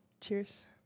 Cheers